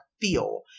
feel